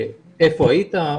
איפה היית?